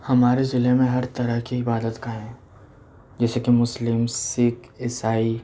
ہمارے ضلع میں ہر طرح کی عبادت گاہ ہیں جیسے کہ مسلم سکھ عیسائی